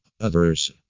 others